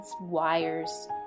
wires